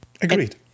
Agreed